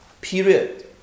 Period